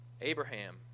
Abraham